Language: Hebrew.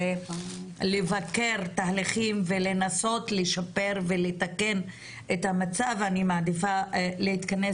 זה לבקר תהליכים ולנסות לשפר ולתקן את המצב אני מעדיפה להתכנס